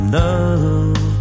love